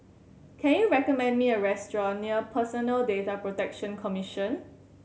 can you recommend me a restaurant near Personal Data Protection Commission